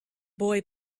boy